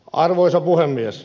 arvoisa puhemies